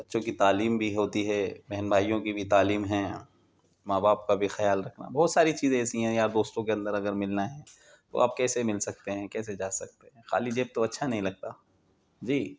بچوں کی تعلیم بھی ہوتی ہے بہن بھائیوں کی بھی تعلیم ہے ماں باپ کا بھی خیال رکھنا بہت ساری چیزیں ایسی ہیں یار دوستوں کے اندر اگر ملنا ہے تو آپ کیسے مل سکتے ہیں کیسے جاسکتے ہیں خالی جیب تو اچھا نہیں لگتا جی